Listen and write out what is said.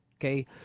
okay